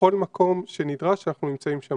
בכל מקום שנדרש אנחנו נמצאים שם,